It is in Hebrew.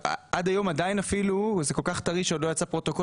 זה כל כך טרי שאפילו עדיין לא יצא פרוטוקול.